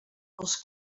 els